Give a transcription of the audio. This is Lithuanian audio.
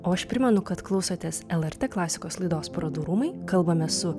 o aš primenu kad klausotės lrt klasikos laidos parodų rūmai kalbamės su